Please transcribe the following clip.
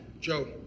Joe